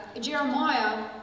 Jeremiah